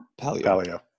Paleo